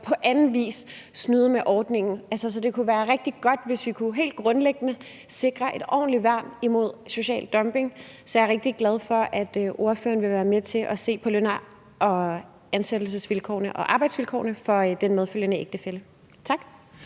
på anden vis snyde med ordningen? Så det kunne være rigtig godt, hvis vi helt grundlæggende kunne sikre et ordentligt værn mod social dumping. Så jeg er rigtig glad for, at ordføreren vil være med til at se på løn- og ansættelsesvilkårene og arbejdsvilkårene for den medfølgende ægtefælle. Tak.